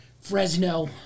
Fresno